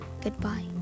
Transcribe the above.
Goodbye